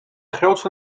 grootste